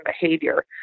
behavior